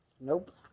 Nope